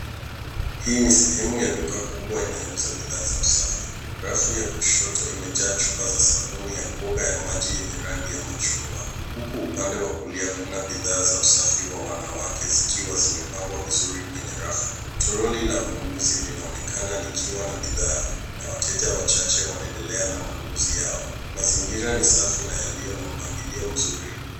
Hii ni sehemu ya duka kubwa inayouza bidhaa za usafi. Rafu ya kushoto imejaa chupa za sabuni ya kuoga yenye rangi ya machungwa huku upande wa kulia kuna bidhaa za usafi wa wanawake zikiwa zimepangwa vizuri kwenye rafu. Toroli la ununuzi linaonekana likiwa na bidhaa na wateja wachache wanendela na ununuzi yao. Mazingira ni safi na yaliyo na mpangilio mzuri.